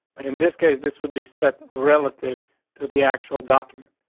but in this case, this would be set relative to the actual document.